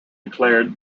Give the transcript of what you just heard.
declared